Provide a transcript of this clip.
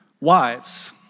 Wives